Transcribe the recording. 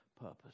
purpose